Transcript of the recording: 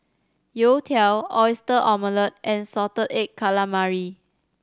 youtiao Oyster Omelette and salted egg calamari